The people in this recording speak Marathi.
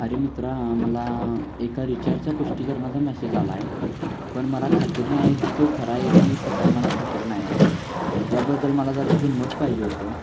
अरे मित्रा मला एका रिचार्जच्या पुष्टीकरणाचा मॅसेज आला आहे पण मला खात्री नाही आहे की तो खरा आहे की खोटा आहे मला खात्री नाही आहे याबद्दल मला जरा तुझं मत पाहिजे होतं